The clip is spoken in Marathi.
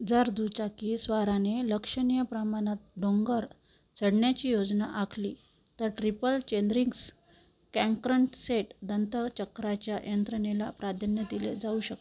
जर दुचाकी स्वाराने लक्षणीय प्रमाणात डोंगर चढण्याची योजना आखली तर ट्रिपल चेनरिंग्स कॅकरनसेट दंतचक्राच्या यंत्रणेला प्राधान्य दिले जाऊ शकते